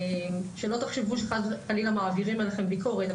שלא תחשבו שחס וחלילה מעבירים עליכם ביקורת,